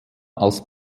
als